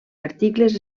articles